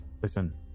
Listen